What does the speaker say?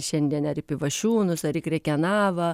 šiandien ar į pivašiūnus ar į krekenavą